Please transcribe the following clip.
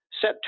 set